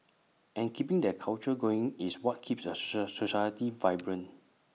and keeping that culture going is what keeps A society vibrant